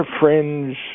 fringe